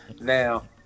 Now